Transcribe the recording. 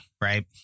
right